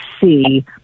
see